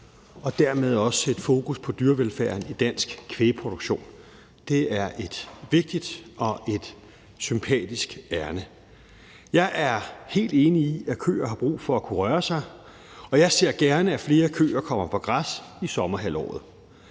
og dermed også sætte fokus på dyrevelfærden i dansk kvægproduktion. Det er et vigtigt og et sympatisk ærinde. Jeg er helt enig i, at køer har brug for at kunne røre sig, og jeg ser gerne, at flere køer kommer på græs i sommerhalvåret.